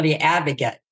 advocate